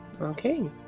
Okay